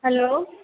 hello